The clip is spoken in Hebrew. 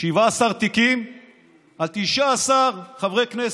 17 תיקים על 19 חברי כנסת,